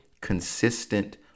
consistent